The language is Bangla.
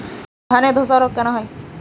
ধানে ধসা রোগ কেন হয়?